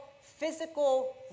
physical